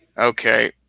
Okay